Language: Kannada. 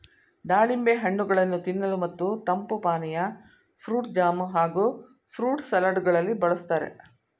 ದಾಳಿಂಬೆ ಹಣ್ಣುಗಳನ್ನು ತಿನ್ನಲು ಮತ್ತು ತಂಪು ಪಾನೀಯ, ಫ್ರೂಟ್ ಜಾಮ್ ಹಾಗೂ ಫ್ರೂಟ್ ಸಲಡ್ ಗಳಲ್ಲಿ ಬಳ್ಸತ್ತರೆ